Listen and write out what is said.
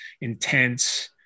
intense